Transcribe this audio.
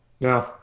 No